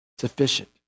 sufficient